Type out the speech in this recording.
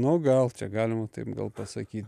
nu gal galima taip gal pasakyt